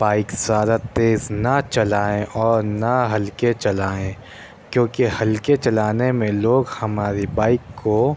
bike زیادہ تیز نہ چلائیں اور نہ ہلکے چلائیں کیوں کہ ہلکے چلانے میں لوگ ہماری بائک کو